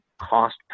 cost